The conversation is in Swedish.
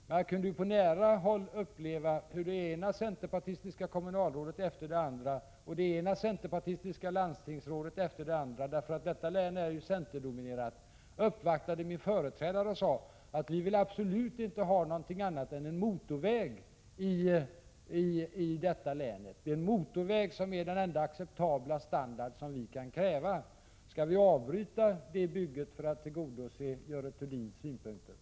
Men jag kunde på nära håll uppleva hur det ena centerpartistiska kommunalrådet och landstingsrådet efter det andra — detta län är ju centerdominerat — uppvaktade min företrädare och sade: Vi vill absolut inte ha något annat än en motorväg i länet, en motorväg är den enda standard som är acceptabel. Skall vi avbryta det bygget för att tillgodose Görel Thurdins synpunkter?